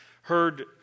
heard